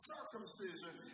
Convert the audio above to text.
Circumcision